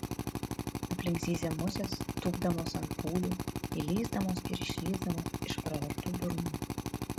aplink zyzė musės tūpdamos ant pūlių įlįsdamos ir išlįsdamos iš pravertų burnų